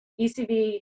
ECV